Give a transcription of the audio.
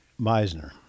Meisner